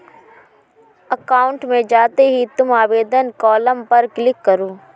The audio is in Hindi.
अकाउंट में जाते ही तुम आवेदन कॉलम पर क्लिक करो